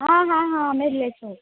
હા હા હા અમે જ લઈશું